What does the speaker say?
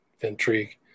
intrigue